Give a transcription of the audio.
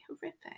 horrific